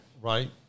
Right